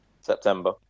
September